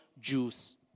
Jews